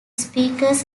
speakers